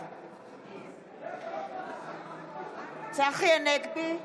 בעד צחי הנגבי,